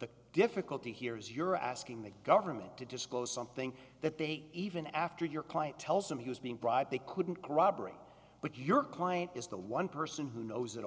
the difficulty here is you're asking the government to disclose something that they even after your client tells them he was being bribed they couldn't corroborate but your client is the one person who knows